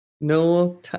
no